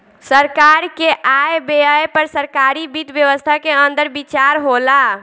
सरकार के आय व्यय पर सरकारी वित्त व्यवस्था के अंदर विचार होला